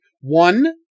One